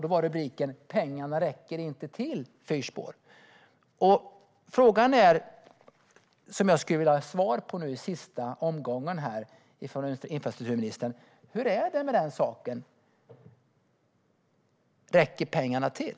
Då var rubriken: Pengarna räcker inte till fyrspår. Frågan, som jag skulle vilja ha svar på från infrastrukturministern, är: Hur är det med den saken? Räcker pengarna till?